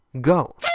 Go